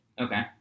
Okay